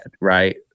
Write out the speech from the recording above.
right